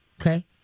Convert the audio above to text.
Okay